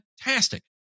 Fantastic